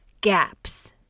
gaps